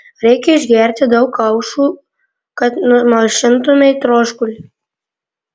reikia išgerti daug kaušų kad numalšintumei troškulį